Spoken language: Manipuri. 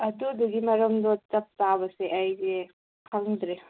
ꯑꯗꯨꯗꯨꯒꯤ ꯃꯔꯝꯗꯣ ꯆꯞ ꯆꯥꯕꯁꯦ ꯑꯩꯁꯦ ꯈꯪꯗ꯭ꯔꯦ